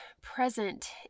present